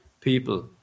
people